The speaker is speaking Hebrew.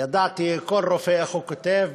ידעתי איך כל רופא כותב.